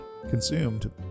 consumed